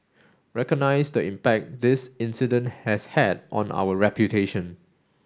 recognise the impact this incident has had on our reputation